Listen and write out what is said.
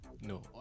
No